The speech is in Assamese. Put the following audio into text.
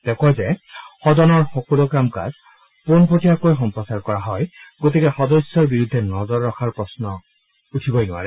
তেওঁ কয় যে সদনৰ সকলো কাম কাজ পোনপটীয়াকৈ সম্প্ৰচাৰ কৰা হয় গতিকে সদস্যৰ বিৰুদ্ধে নজৰ ৰখাৰ প্ৰশ্নই নুঠে